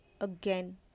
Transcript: again